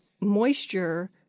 moisture